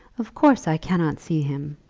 of course i cannot see him,